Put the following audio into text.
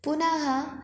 पुनः